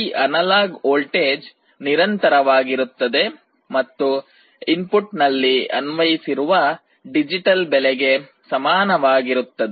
ಈ analogue voltage ನಿರಂತರವಾಗಿರುತ್ತದೆ ಮತ್ತೆ ಇನ್ಪುಟ್ನಲ್ಲಿ ಅನ್ವಯಿಸಿರುವ ಡಿಜಿಟಲ್ ಬೆಲೆಗೆ ಸಮಾನವಾಗಿರುತ್ತದೆ